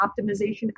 optimization